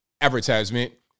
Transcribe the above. advertisement